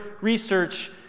research